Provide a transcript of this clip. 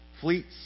fleets